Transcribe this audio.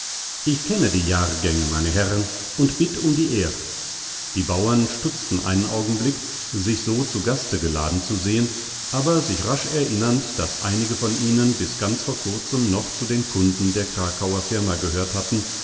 ich kenne die jahrgänge meine herren und bitt um die ehr die bauern stutzten einen augenblick sich so zu gaste geladen zu sehen aber sich rasch erinnernd daß einige von ihnen bis ganz vor kurzem noch zu den kunden der krakauer firma gehört hatten